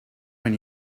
when